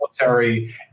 military